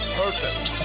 perfect